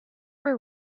were